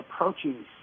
approaching